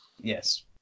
Yes